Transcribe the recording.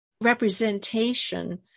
representation